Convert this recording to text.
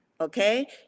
okay